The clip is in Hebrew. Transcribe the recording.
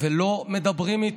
ולא מדברים איתו.